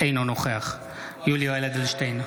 אינו נוכח יולי יואל אדלשטיין,